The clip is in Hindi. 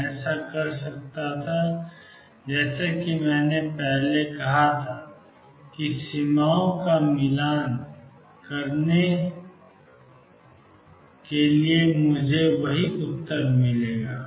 मैं ऐसा कर सकता था जैसा कि मैंने पहले कहा था कि सीमाओं का मिलान करके मुझे वही उत्तर मिलेगा